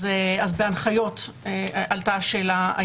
אז בהנחיות עלתה השאלה אם